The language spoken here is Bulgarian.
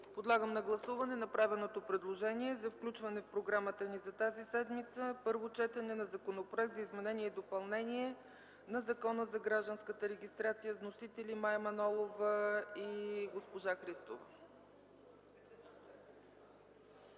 Подлагам на гласуване направеното предложение за включване в програмата ни за тази седмица – Първо четене на Законопроект за изменение и допълнение на Закона за гражданската регистрация с вносители Мая Манолова и госпожа Христова.